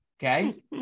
Okay